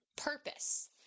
purpose